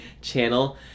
channel